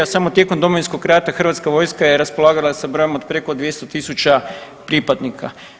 Samo tijekom Domovinskog rata hrvatska vojska je raspolagala sa brojem od preko 200.000 pripadnika.